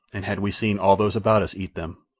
and had we seen all those about us eat them,